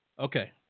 Okay